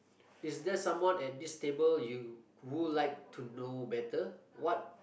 is there someone at this table you'll like to know better what